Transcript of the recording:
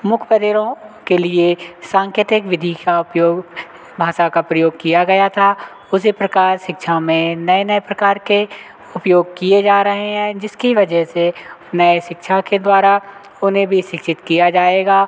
मुख बधिरों के लिए सांकेतिक विधि का उपयोग भाषा का प्रयोग किया गया था उसी प्रकार शिक्षा में नए नए प्रकार के उपयोग किए जा रहे हैं जिसकी वजह से नए शिक्षा के द्वारा उन्हें भी शिक्षित किया जाएगा